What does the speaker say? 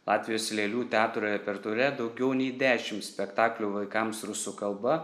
latvijos lėlių teatro repertuare daugiau nei dešim spektaklių vaikams rusų kalba